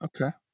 Okay